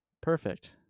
Perfect